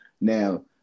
now